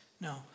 No